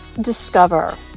discover